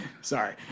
sorry